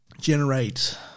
generate